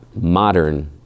modern